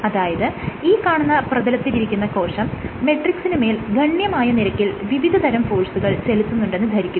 അതായത് ഈ കാണുന്ന പ്രതലത്തിരിക്കുന്ന കോശം മെട്രിക്സിന് മേൽ ഗണ്യമായ നിരക്കിൽ വിവിധതരം ഫോഴ്സുകൾ ചെലുത്തുന്നുണ്ടെന്ന് ധരിക്കുക